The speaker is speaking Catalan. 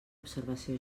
observació